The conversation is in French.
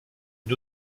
une